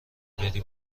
بری